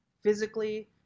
physically